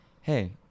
Hey